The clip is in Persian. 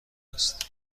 است